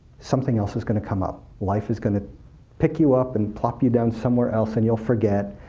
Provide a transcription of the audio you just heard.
something else is going to come up. life is going to pick you up and plop you down somewhere else, and you'll forget,